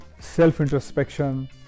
self-introspection